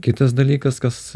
kitas dalykas kas